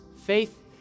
Faith